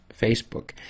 Facebook